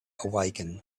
awaken